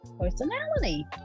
personality